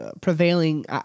prevailing